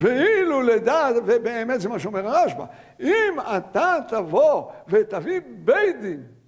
ואילו לדעת, ובאמת זה מה שאומר הרשב"א, אם אתה תבוא ותביא בית דין.